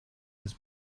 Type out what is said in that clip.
his